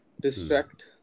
distract